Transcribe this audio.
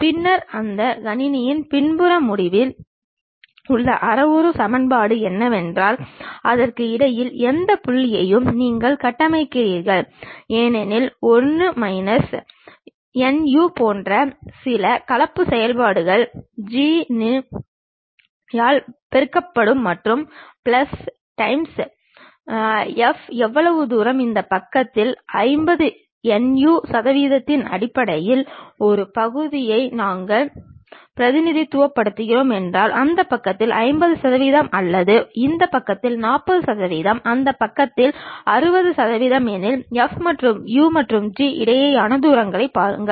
பின்னர் அந்த கணினியின் பின்புற முடிவில் உள்ள அளவுரு சமன்பாடு என்னவென்றால் அதற்கு இடையில் எந்த புள்ளியையும் நீங்கள் கட்டமைக்கிறீர்கள் ஏனெனில் 1 மைனஸ் NU போன்ற சில கலப்பு செயல்பாடுகள் G nu ஆல் பெருக்கப்படும் மற்றும் பிளஸ் nu டைம்ஸ் F எவ்வளவு தூரம் இந்த பக்கத்தில் nu 50 சதவிகிதத்தின் அடிப்படையில் ஒரு பகுதியை நாங்கள் பிரதிநிதித்துவப்படுத்துகிறோம் என்றால் அந்த பக்கத்தில் 50 சதவிகிதம் அல்லது இந்த பக்கத்தில் 40 சதவிகிதம் அந்த பக்கத்தில் 60 சதவிகிதம் எனில் F மற்றும் U மற்றும் G இடையேயான தூரத்தைப் பாருங்கள்